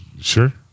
Sure